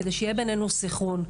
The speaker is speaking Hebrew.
כדי שיהיה בינינו סנכרון,